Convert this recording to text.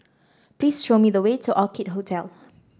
please show me the way to Orchid Hotel